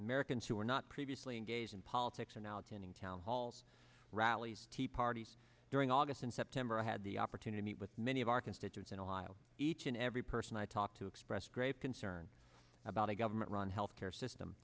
americans who are not previously engaged in politics are now tending town halls rallies tea parties during august and september had the opportunity meet with many of our constituents in a while each and every person i talked to expressed grave concern about a government run health care system